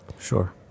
Sure